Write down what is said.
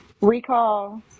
Recall